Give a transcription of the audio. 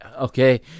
okay